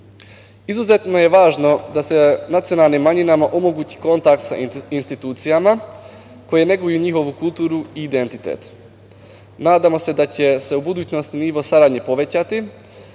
manjina. Izuzetno je važno da se nacionalnim manjinama omogući kontakt sa institucijama koje neguju njihovu kulturu i identitet. Nadamo se da će se u budućnosti nivo saradnje povećati